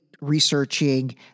researching